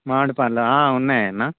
మామిడి పళ్ళా ఉన్నాయన్న